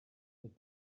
that